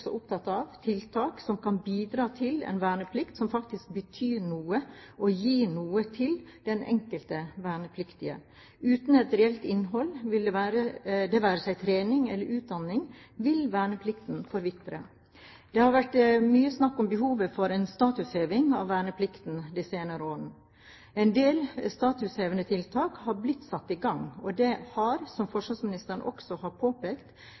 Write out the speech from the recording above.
opptatt av tiltak som kan bidra til en verneplikt som faktisk betyr noe og gir noe til den enkelte vernepliktige. Uten et reelt innhold – det være seg trening eller utdanning – vil verneplikten forvitre. Det har vært mye snakk om behovet for en statusheving av verneplikten de senere år. En del statushevende tiltak har blitt satt i gang, og det har, som forsvarsministeren også har påpekt,